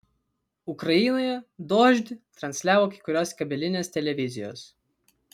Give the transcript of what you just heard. ukrainoje dožd transliavo kai kurios kabelinės televizijos